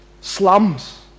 slums